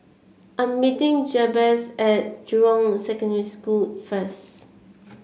I am meeting Jabez at Jurong Secondary School first